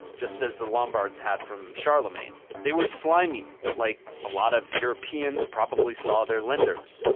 just as the lombards had from charlemagne. they were slimy, like a lot of europeans probably saw their lenders.